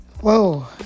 Whoa